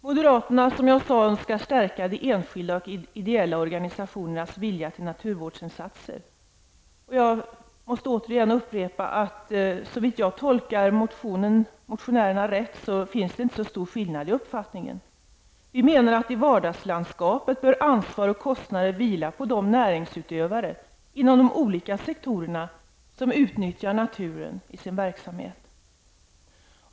Moderaterna önskar som sagt stärka den enskildas och de ideella organisationernas vilja till naturvårdsinsatser. Såvitt jag tolkar motionerna rätt finns det inte så stor skillnad i uppfattning. Vi menar att ansvar och kostnader i vardagslandskapet bör vila på de näringsutövare inom de olika sektorerna som nyttjar naturen i sin verksamhet.